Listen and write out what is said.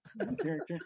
character